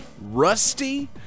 Rusty